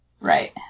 Right